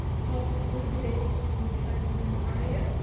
hopefully, we're getting it juicy i didn't try it.